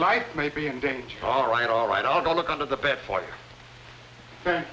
life may be in danger all right all right i'll go look under the